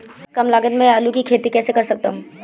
कम लागत में आलू की खेती कैसे कर सकता हूँ?